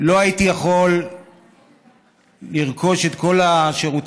לא הייתי יכול לרכוש את כל השירותים